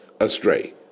astray